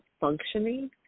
functioning